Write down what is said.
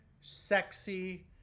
sexy